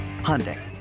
Hyundai